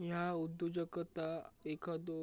ह्या उद्योजकता एखादो